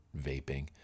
vaping